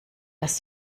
dass